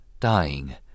dying